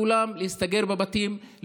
כולם להסתגר בבתים,